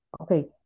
Okay